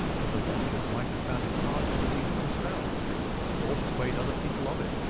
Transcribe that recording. that the watchers might have found it hard to believe it themselves or persuade other people of it,